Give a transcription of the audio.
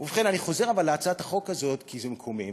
ובכן, אני חוזר להצעת החוק הזאת, כי זה מקומם.